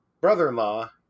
brother-in-law